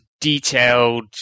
detailed